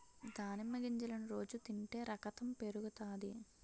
దానిమ్మ గింజలను రోజు తింటే రకతం పెరుగుతాది